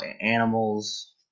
animals